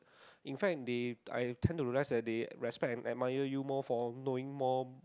in fact they I tend to rest at they respect and admire you more for knowing more